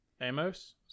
amos